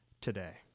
today